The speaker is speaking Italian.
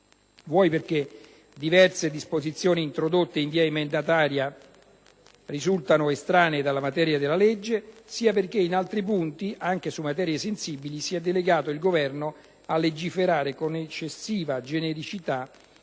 sia perché diverse disposizioni introdotte in via emendativa risultano estranee alla materia della legge, sia perché in altri punti, anche su materie sensibili, si è delegato il Governo a legiferare con eccessiva genericità,